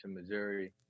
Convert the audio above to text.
Missouri